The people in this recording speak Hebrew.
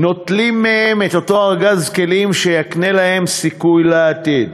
נוטלים מהם את אותו ארגז כלים שיקנה להם סיכוי לעתיד.